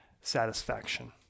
satisfaction